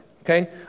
okay